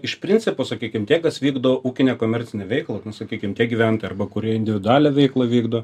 iš principo sakykim tie kas vykdo ūkinę komercinę veiklą sakykim tie gyventiojai arba kurie individualią veiklą vykdo